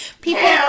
people